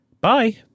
Bye